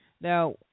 now